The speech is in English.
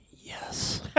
yes